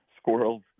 squirrels